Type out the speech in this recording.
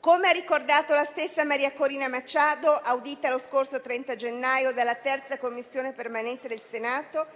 Come ha ricordato la stessa Maria Corina Machado, audita lo scorso 30 gennaio della 3a Commissione permanente del Senato,